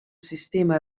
sistema